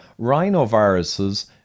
rhinoviruses